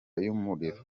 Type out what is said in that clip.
y’umuriro